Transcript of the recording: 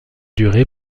duré